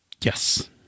Yes